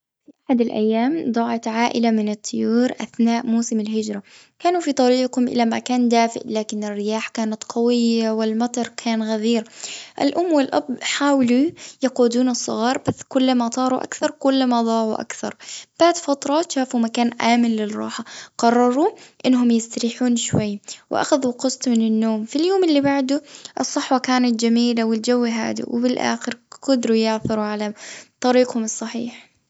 في أحد الأيام، ضاعت عائلة من الطيور، أثناء موسم الهجرة. كانوا في طريقهم إلى مكان دافئ، لكن الرياح كانت قوية، والمطر كان غزير. الأم والأب حاولوا يقودون الصغار، بس كلما طاروا أكثر، كلما ضاعوا أكثر. بعد فترة، شافوا مكان آمن للراحة، قرروا إنهم يستريحون شوي، وأخذوا قسط من النوم. في اليوم اللي بعده، الصحوة كانت جميلة، والجو هادئ. وبالآخر، قدروا يعثروا على طريقهم الصحيح.